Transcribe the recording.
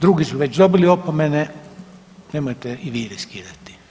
Drugi su već dobili opomene, nemojte i vi riskirati.